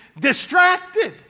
distracted